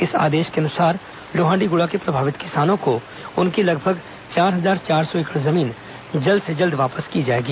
इस आदेश के अनुसार लोहांडीगुड़ा के प्रभावित किसानों को उनकी लगभग चार हजार चार सौ एकड़ जमीन जल्द से जल्द वापस की जाएगी